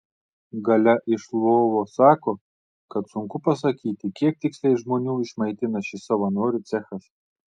galia iš lvovo sako kad sunku pasakyti kiek tiksliai žmonių išmaitina šis savanorių cechas